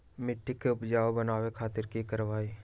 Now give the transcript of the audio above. मिट्टी के उपजाऊ बनावे खातिर की करवाई?